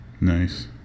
Nice